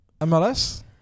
MLS